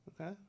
Okay